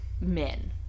men